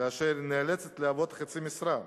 כאשר האשה נאלצת לעבוד חצי משרה.